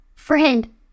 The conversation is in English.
Friend